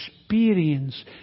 experience